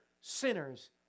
sinners